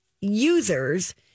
users